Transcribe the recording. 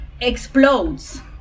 explodes